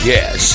Yes